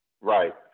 Right